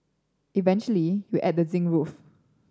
eventually you add the zinc roof